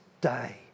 day